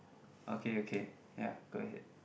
okay okay ya go ahead